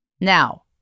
now